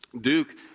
duke